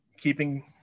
keeping